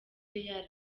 real